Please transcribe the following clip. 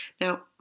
Now